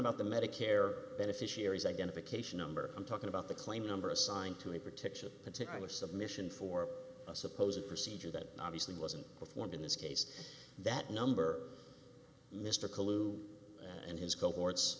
about the medicare beneficiaries identification number i'm talking about the claim number assigned to a particular particular submission for a supposed procedure that obviously wasn't performed in this case that number mr kalu and his cohorts